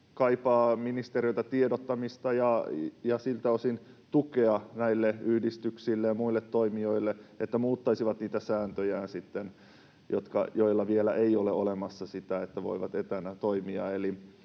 kaipaa ministeriöltä tiedottamista ja siltä osin tukea näille yhdistyksille ja muille toimijoille, että ne, joilla vielä ei ole olemassa sitä, että voivat etänä toimia,